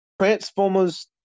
Transformers